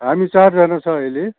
हामी चारजना छ अहिले